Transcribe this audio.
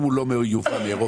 אם הוא לא מיובא מאירופה,